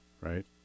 right